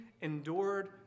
endured